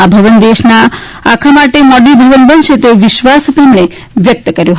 આ ભવન દેશના આખા માટે મોડલ ભવન બનશે તેઓ વિશ્વાસ તેમણે વ્યક્ત કર્યો હતો